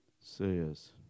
says